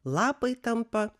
lapai tampa